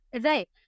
Right